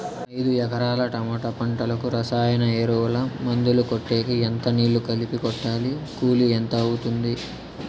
ఐదు ఎకరాల టమోటా పంటకు రసాయన ఎరువుల, మందులు కొట్టేకి ఎంత నీళ్లు కలిపి కొట్టాలి? కూలీ ఎంత అవుతుంది?